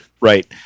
Right